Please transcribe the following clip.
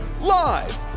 live